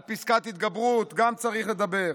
על פסקת התגברות גם צריך לדבר,